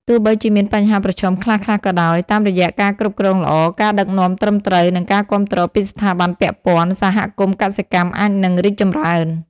ទោះបីជាមានបញ្ហាប្រឈមខ្លះៗក៏ដោយ តាមរយៈការគ្រប់គ្រងល្អ ការដឹកនាំត្រឹមត្រូវ និងការគាំទ្រពីស្ថាប័នពាក់ព័ន្ធ សហគមន៍កសិកម្មអាចនឹងរីកចម្រើន។